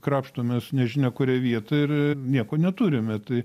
krapštomės nežinia kurią vietą ir nieko neturime tai